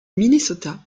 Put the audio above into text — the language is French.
minnesota